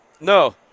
No